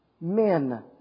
men